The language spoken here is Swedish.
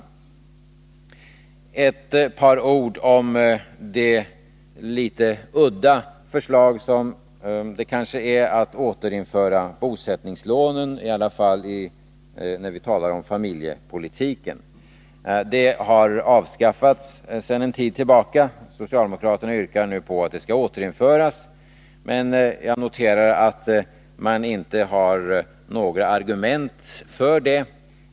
Så skulle jag vilja säga några ord om det kanske litet udda förslaget att återinföra bosättningslånet, i alla fall när vi talar om familjepolitiken. Detta har avskaffats sedan en tid tillbaka. Socialdemokraterna yrkar nu att det skall återinföras, men jag noterar att man inte har några argument för detta.